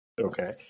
Okay